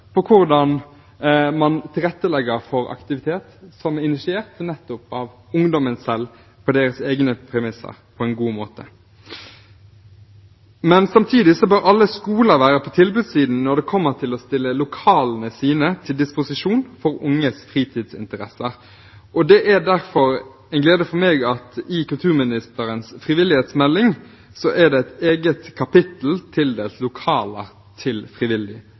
på hvordan man tilrettelegger for aktivitet som er initiert nettopp av ungdommen selv, på deres egne premisser, på en god måte. Men samtidig bør alle skoler være på tilbudssiden når det gjelder å stille lokalene sine til disposisjon for unges fritidsinteresser, og det er derfor en glede for meg at det i kulturministerens frivillighetsmelding er et eget kapittel tildelt lokaler til frivillig